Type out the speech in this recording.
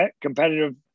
competitive